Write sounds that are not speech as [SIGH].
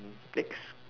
[NOISE] next